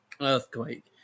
earthquake